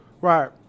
Right